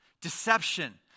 Deception